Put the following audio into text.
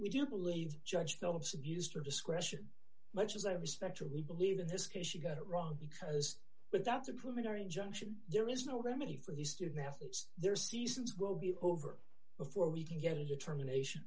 we do believe judge phillips abused her discretion much as i respect her we believe in this case she got it wrong because but that's a preliminary injunction there is no remedy for the student athletes their seasons will be over before we can get a determination